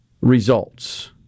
results